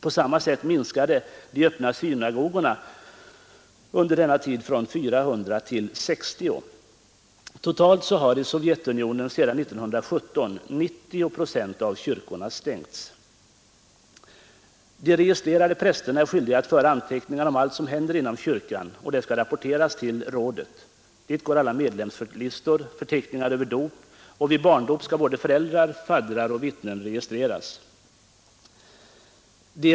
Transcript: På samma sätt minskade de öppna synagogorna under denna tid från 400 till 60. Sedan 1917 har i Sovjetunionen totalt 90 procent av kyrkorna stängts. De registrerade prästerna är skyldiga att föra anteckningar om allt som händer inom kyrkan, och det skall rapporteras till rådet. Dit går t.ex. alla medlemslistor, förteckningar över dop, och vid barndop skall både föräldrar, faddrar och vittnen registreras.